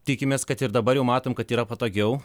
tikimės kad ir dabar jau matom kad yra patogiau